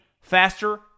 faster